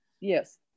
Yes